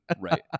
Right